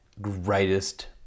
greatest